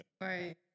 Right